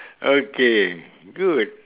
okay good